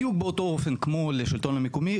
בדיוק באותו אופן כמו לשלטון המקומי,